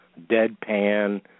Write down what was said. Deadpan